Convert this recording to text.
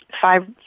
five